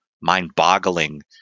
mind-boggling